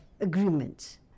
agreements